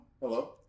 Hello